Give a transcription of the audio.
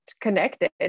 connected